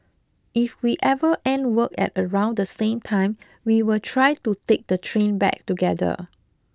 if we ever end work at around the same time we will try to take the train back together